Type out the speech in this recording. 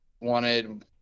wanted